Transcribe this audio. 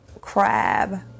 crab